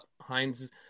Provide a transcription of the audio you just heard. Heinz